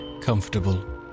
comfortable